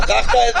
שכחת.